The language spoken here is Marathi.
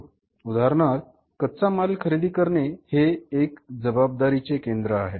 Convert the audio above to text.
उदाहरणार्थ कच्चा माल खरेदी करणे जे एक जबाबदारीचे केंद्र आहे